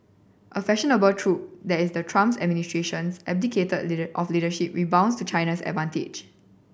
a fashionable trope that is the Trump's administration's abdicate of leadership rebounds to China's advantage